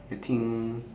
I think